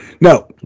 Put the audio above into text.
No